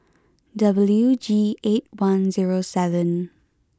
W G eight one zero seven